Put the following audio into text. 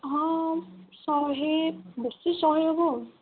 ହଁ ଶହେ ବେଶୀ ଶହେ ହେବ ଆଉ